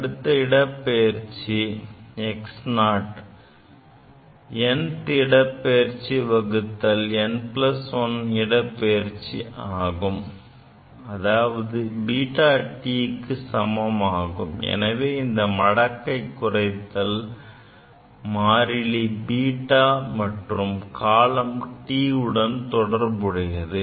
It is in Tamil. அடுத்தடுத்த இடப்பெயர்ச்சி xn nth இடப்பெயர்ச்சி வகுத்தல் n1th இடப்பெயர்ச்சி ஆகும் இது βTக்கு சமமாகும் எனவே இந்த மடக்கை குறைத்தல் மாறிலி beta மற்றும் காலம் T உடன் தொடர்புடையது